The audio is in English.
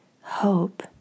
hope